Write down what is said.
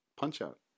Punch-Out